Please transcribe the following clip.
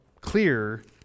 clear